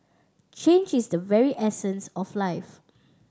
change is the very essence of life